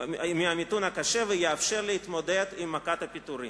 הקשה ויאפשר להתמודד עם מכת הפיטורים.